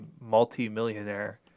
multi-millionaire